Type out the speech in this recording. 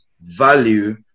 Value